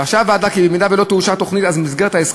אז למה אתה מתנגד, אדוני?